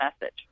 message